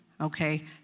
okay